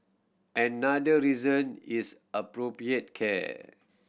another reason is appropriate care